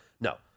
No